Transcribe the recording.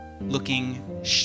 looking